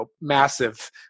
massive